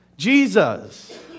Jesus